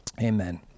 Amen